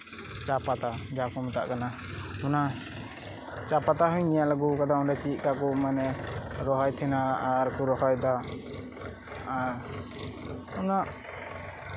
ᱪᱟ ᱯᱟᱛᱟ ᱡᱟᱦᱟᱸ ᱠᱚ ᱢᱮᱛᱟᱜ ᱠᱟᱱᱟ ᱚᱱᱟ ᱪᱟ ᱯᱟᱛᱟ ᱦᱩᱸᱧ ᱧᱮᱞ ᱟᱹᱜᱩ ᱟᱠᱟᱫᱟ ᱚᱸᱰᱮ ᱪᱮᱫᱞᱮᱠᱟ ᱠᱩ ᱢᱟᱱᱮ ᱨᱚᱦᱚᱭ ᱴᱷᱮᱱᱟᱜ ᱟᱨ ᱠᱩ ᱨᱚᱦᱚᱭᱮᱫᱟ ᱮᱸᱜ ᱚᱱᱟ